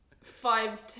five